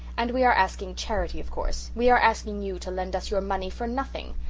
and we are asking charity, of course we are asking you to lend us your money for nothing!